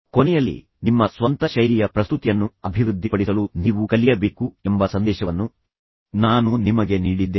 ಕೊನೆಯಲ್ಲಿ ನಿಮ್ಮ ಸ್ವಂತ ಶೈಲಿಯ ಪ್ರಸ್ತುತಿಯನ್ನು ಅಭಿವೃದ್ಧಿಪಡಿಸಲು ನೀವು ಕಲಿಯಬೇಕು ಎಂಬ ಸಂದೇಶವನ್ನು ನಾನು ನಿಮಗೆ ನೀಡಿದ್ದೇನೆ